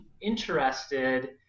interested